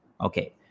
Okay